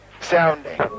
Sounding